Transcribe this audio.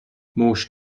مشت